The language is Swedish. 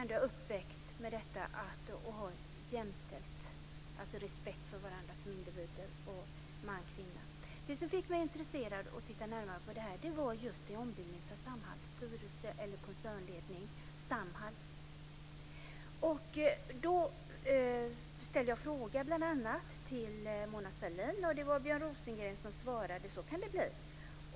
Jag är uppväxt med detta att ha det jämställt, alltså respekt för varandra som individer, man och kvinna. Det som fick mig intresserad av att titta närmare på det här var just ombildningen av Samhalls styrelse, eller koncernledningen för Samhall. Då ställde jag frågan bl.a. till Mona Sahlin, och det var Björn Rosengren som svarade. Så kan det bli!